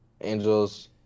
Angels